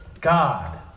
God